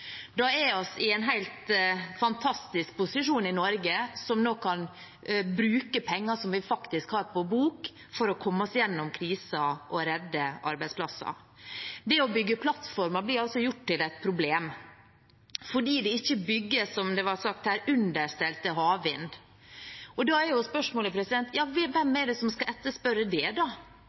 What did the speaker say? kan bruke penger vi har på bok, for å komme oss gjennom krisen og redde arbeidsplasser. Det å bygge plattformer blir altså gjort til et problem fordi det ikke bygges, som det ble sagt her, understell til havvind. Da er spørsmålet: Hvem er det som skal etterspørre det, da? Er det staten som skal gå inn og etterspørre bygging av disse havvindprosjektene? Og hvilke da?